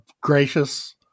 gracious